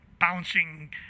bouncing